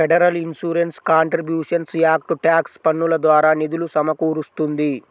federal insurance contributions act tax పన్నుల ద్వారా నిధులు సమకూరుస్తుంది